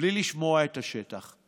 בלי לשמוע את השטח,